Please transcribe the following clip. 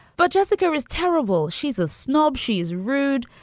but jessica is terrible. she's a snob. she's rude.